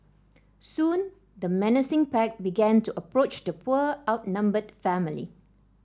soon the menacing pack began to approach the poor outnumbered family